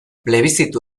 plebiszitu